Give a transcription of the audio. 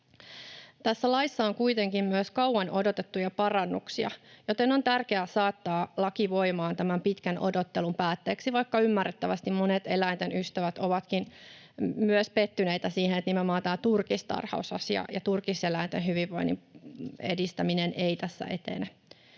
Tässä laissa on kuitenkin myös kauan odotettuja parannuksia, joten on tärkeää saattaa laki voimaan tämän pitkän odottelun päätteeksi, vaikka ymmärrettävästi monet eläinten ystävät ovatkin myös pettyneitä siihen, että nimenomaan turkistarhausasia ja turkiseläinten hyvinvoinnin edistäminen eivät tässä etene.